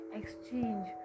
exchange